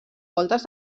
voltes